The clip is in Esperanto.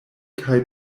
kaj